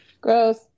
Gross